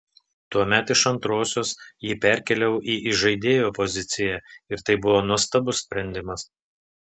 tuomet iš antrosios jį perkėliau į įžaidėjo poziciją ir tai buvo nuostabus sprendimas